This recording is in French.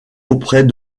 auprès